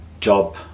job